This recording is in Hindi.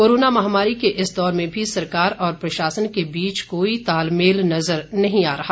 कोरोना महामारी के इस दौर में भी सरकार और प्रशासन के बीच कोई तालमेल नजर नहीं आ रहा